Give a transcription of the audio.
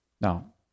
Now